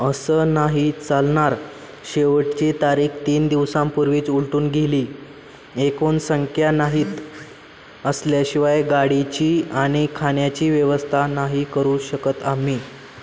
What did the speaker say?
असं नाही चालणार शेवटची तारीख तीन दिवसांपूर्वीच उलटून गेली एकूण संख्या नाहीत असल्याशिवाय गाडीची आणि खाण्याची व्यवस्था नाही करू शकत आम्ही